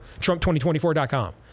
Trump2024.com